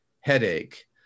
headache